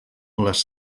les